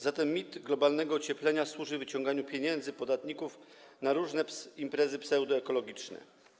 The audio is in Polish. Zatem mit globalnego ocieplenia służy wyciąganiu pieniędzy podatników na różne imprezy pseudoekologiczne.